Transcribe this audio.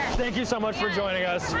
thank you so much for joining us.